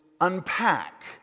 unpack